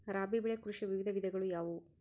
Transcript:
ರಾಬಿ ಬೆಳೆ ಕೃಷಿಯ ವಿವಿಧ ವಿಧಗಳು ಯಾವುವು?